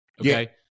okay